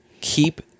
keep